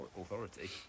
authority